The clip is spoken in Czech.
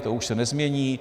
To už se nezmění.